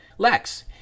Lex